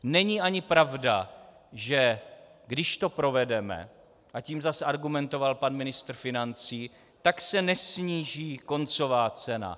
Není ani pravda, že když to provedeme, a tím zas argumentoval pan ministr financí, tak se nesníží koncová cena.